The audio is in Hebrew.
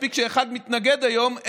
מספיק שאחד מתנגד היום,